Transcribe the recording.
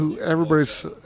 everybody's